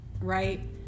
right